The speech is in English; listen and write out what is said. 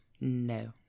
No